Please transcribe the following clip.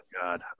God